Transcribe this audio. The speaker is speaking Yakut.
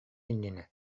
иннинэ